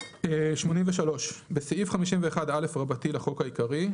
83. בסעיף 51א לחוק העיקרי,